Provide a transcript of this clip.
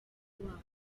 wabo